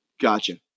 Gotcha